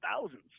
thousands